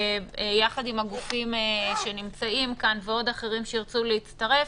יחד עם הגופים שנמצאים כאן ועוד אחרים שירצו להצטרף,